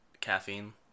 caffeine